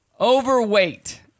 overweight